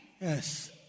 Yes